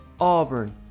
Auburn